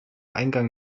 eingang